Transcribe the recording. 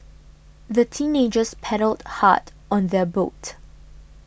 the teenagers paddled hard on their boat